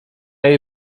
jej